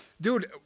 Dude